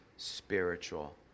Spiritual